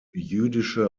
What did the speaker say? jüdische